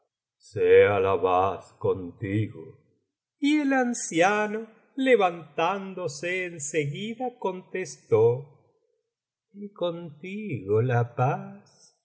sea la paz contigo y el anciano levantándose en seguida contestó y contigo la paz